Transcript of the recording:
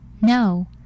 No